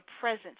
presence